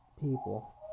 people